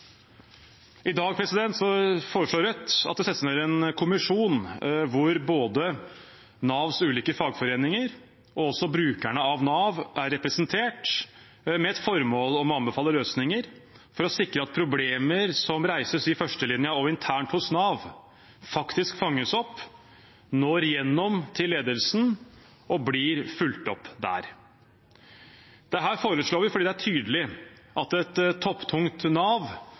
I dag foreslår Rødt at det settes ned en kommisjon hvor både Navs ulike fagforeninger og også brukerne av Nav er representert, med formål om å anbefale løsninger for å sikre at problemer som reises i førstelinjen og internt hos Nav, faktisk fanges opp, når igjennom til ledelsen og blir fulgt opp der. Dette foreslår vi fordi det er tydelig at et topptungt Nav,